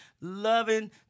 loving